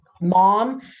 mom